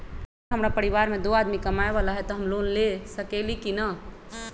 अगर हमरा परिवार में दो आदमी कमाये वाला है त हम लोन ले सकेली की न?